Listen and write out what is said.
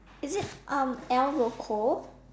is it um El-Roco